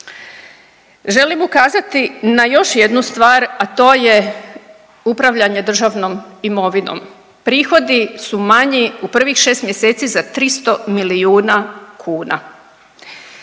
Želim ukazati na još jednu stvar, a to je upravljanje državnom imovinom, prihodi su manji u prvih šest mjeseci za 300 milijuna kuna.